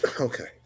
okay